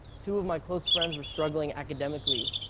two of my close friends were struggling academically,